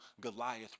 Goliath